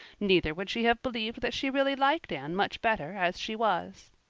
neither would she have believed that she really liked anne much better as she was.